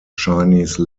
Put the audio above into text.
chinese